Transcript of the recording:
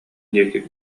диэки